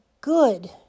good